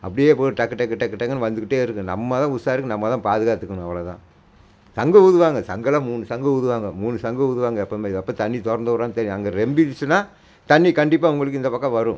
அப்படியே போய் டக்கு டக்கு டக்கு டக்குனு வந்துக்கிட்டே இருக்கும் நம்ம தான் உஷாருக்கு நம்ம தான் பாதுகாத்துக்கணும் அவ்வளோ தான் சங்கு ஊதுவாங்க சங்குலாம் மூணு சங்கு ஊதுவாங்க மூணு சங்கு ஊதுவாங்க எப்போவுமே எப்போ தண்ணி திறந்து விடுறாங்கனு தெரியும் அங்கே ரெம்பிடுச்சுனா தண்ணி கண்டிப்பாக உங்களுக்கு இந்த பக்கம் வரும்